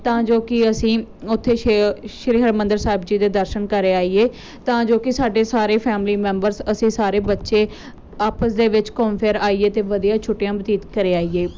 ਤਾਂ ਜੋ ਕਿ ਅਸੀਂ ਉੱਥੇ ਸ਼ੀ ਸ਼੍ਰੀ ਹਰਿਮੰਦਰ ਸਾਹਿਬ ਜੀ ਦੇ ਦਰਸ਼ਨ ਕਰ ਆਈਏ ਤਾਂ ਜੋ ਕਿ ਸਾਡੇ ਸਾਰੇ ਫੈਮਲੀ ਮੈਂਬਰਸ ਅਸੀਂ ਸਾਰੇ ਬੱਚੇ ਆਪਸ ਦੇ ਵਿੱਚ ਘੁੰਮ ਫਿਰ ਆਈਏ ਅਤੇ ਵਧੀਆ ਛੁੱਟੀਆਂ ਬਤੀਤ ਕਰ ਆਈਏ